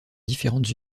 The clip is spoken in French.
différentes